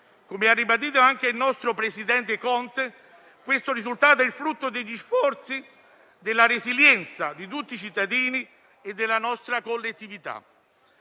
Come ha ribadito anche il nostro presidente Conte, questo risultato è il frutto degli sforzi e della resilienza di tutti i cittadini e della nostra collettività.